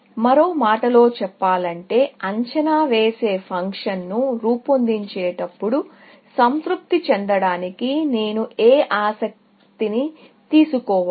మరో మాటలో చెప్పాలంటే అంచనా వేసే ఫంక్షన్ను రూపొందించేటప్పుడు సంతృప్తి చెందడానికి నేను ఏ ఆస్తిని తీసుకోవాలి